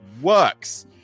works